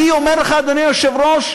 אני אומר לך, אדוני היושב-ראש,